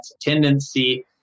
tendency